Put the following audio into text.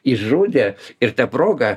išžudė ir ta proga